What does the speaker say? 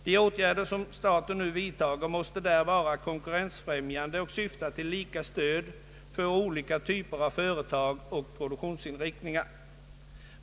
De åtgärder som staten nu vidtar måste därför vara konkurrensbefrämjande och syfta till lika stöd för olika typer av företag och produktionsinriktningar.